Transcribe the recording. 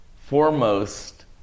foremost